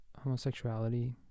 homosexuality